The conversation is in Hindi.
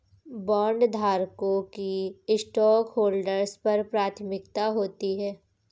बॉन्डधारकों की स्टॉकहोल्डर्स पर प्राथमिकता होती है